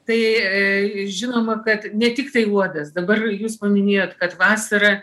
tai žinoma kad ne tiktai uodas dabar jūs paminėjot kad vasarą